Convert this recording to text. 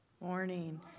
Morning